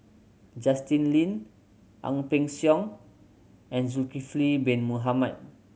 Justin Lean Ang Peng Siong and Zulkifli Bin Mohamed